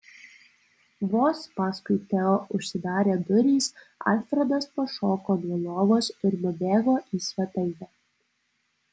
vos paskui teo užsidarė durys alfredas pašoko nuo lovos ir nubėgo į svetainę